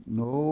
no